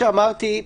כמו שאמרתי,